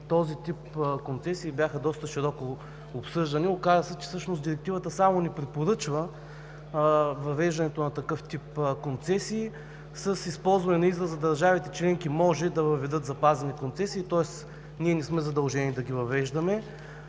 този тип концесии бяха доста широко обсъждани. Оказа се, че всъщност Директивата само ни препоръчва въвеждането на такъв тип концесии с използване на израза: „държавите членки може да въведат „запазени концесии“, тоест ние не сме задължени да ги въвеждаме.